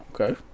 Okay